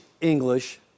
English